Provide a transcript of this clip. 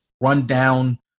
rundown